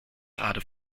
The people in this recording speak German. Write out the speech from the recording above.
gerade